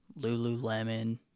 Lululemon